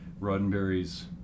Roddenberry's